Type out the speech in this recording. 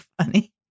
funny